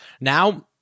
now